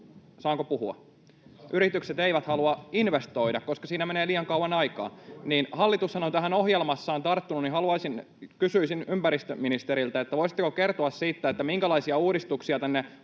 saanko puhua? — eivät halua investoida, koska siinä menee liian kauan aikaa. Hallitushan on tähän ohjelmassaan tarttunut, ja kysyisin ympäristöministeriltä: Voisitteko kertoa siitä, minkälaisia uudistuksia tänne